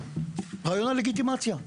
רעיון הלגיטימציה.